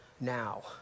now